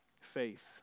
faith